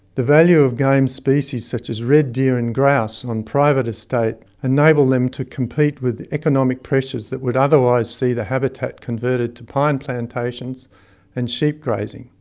the value of game species such as red deer and grouse on private estates enables them to compete with economic pressures that would otherwise see their habitat converted to pine plantations and sheep grazing.